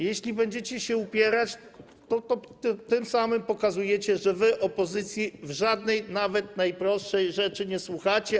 Jeśli będziecie się upierać, tym samym pokażecie, że opozycji w żadnej, nawet najprostszej rzeczy nie słuchacie.